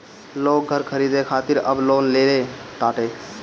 लोग घर खरीदे खातिर अब लोन लेले ताटे